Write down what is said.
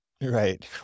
Right